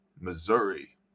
Missouri